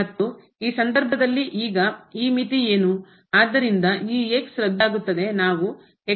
ಮತ್ತು ಈ ಸಂದರ್ಭದಲ್ಲಿ ಈಗ ಈ ಮಿತಿ ಏನು